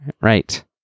right